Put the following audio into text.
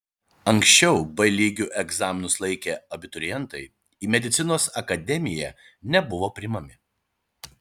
anksčiau b lygiu egzaminus laikę abiturientai į medicinos akademiją nebuvo priimami